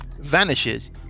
vanishes